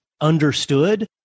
understood